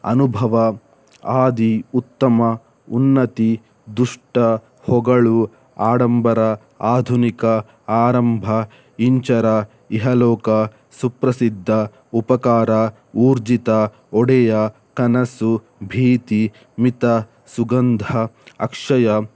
ಅನುಭವ ಆದಿ ಉತ್ತಮ ಉನ್ನತಿ ದುಷ್ಟ ಹೊಗಳು ಆಡಂಬರ ಆಧುನಿಕ ಆರಂಭ ಇಂಚರ ಇಹಲೋಕ ಸುಪ್ರಸಿದ್ಧ ಉಪಕಾರ ಊರ್ಜಿತ ಒಡೆಯ ಕನಸು ಭೀತಿ ಮಿತ ಸುಗಂಧ ಅಕ್ಷಯ